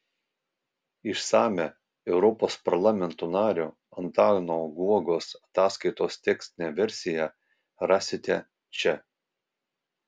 išsamią europos parlamento nario antano guogos ataskaitos tekstinę versiją rasite čia